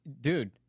dude